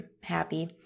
happy